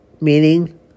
meaning